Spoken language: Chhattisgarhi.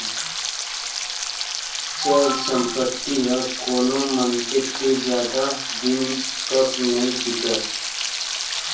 चल संपत्ति ह कोनो मनखे तीर जादा दिन तक नइ टीकय